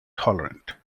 tolerant